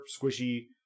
squishy